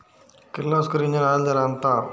Kirloskar engine oil ధర ఎంత?